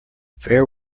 fair